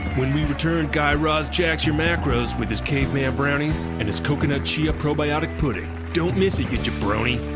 when we return, guy raz jacks your macros with his caveman brownies and his coconut chia probiotic pudding. don't miss it, you jabroni